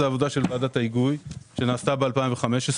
זה לפי עבודה של ועדת ההיגוי שנעשתה ב-2015.